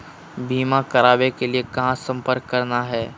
बीमा करावे के लिए कहा संपर्क करना है?